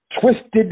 twisted